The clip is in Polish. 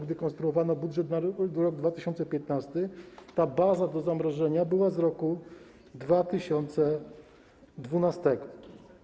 Gdy konstruowano budżet na rok 2015, baza do zamrożenia była z roku 2012.